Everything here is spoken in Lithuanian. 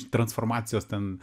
transformacijos ten